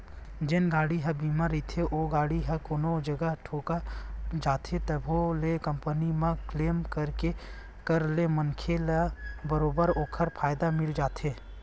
जेन गाड़ी ह बीमा रहिथे ओ गाड़ी ह कोनो जगा ठोका जाथे तभो ले कंपनी म क्लेम करे ले मनखे ल बरोबर ओखर फायदा मिल जाथे